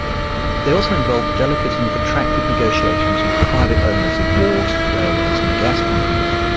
they also involved delicate and protracted negotiations with private owners of wharves, railways and gas companies.